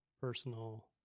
personal